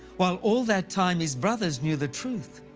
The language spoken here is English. while all that time his brothers knew the truth.